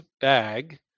bag